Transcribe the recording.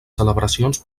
celebracions